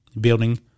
building